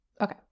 Okay